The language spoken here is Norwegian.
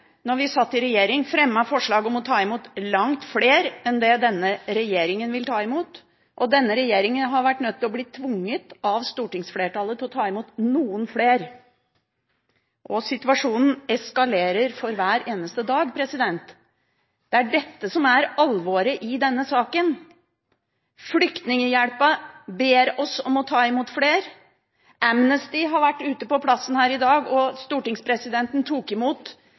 vi satt i regjering, forslag om å ta imot langt flere enn det denne regjeringen vil ta imot. Denne regjeringen har måttet bli tvunget av stortingsflertallet til å ta imot noen flere. Situasjonen eskalerer for hver eneste dag. Det er dette som er alvoret i denne saken. Flyktninghjelpen ber oss om å ta imot flere. Amnesty har vært ute på plassen her i dag, og stortingspresidenten tok imot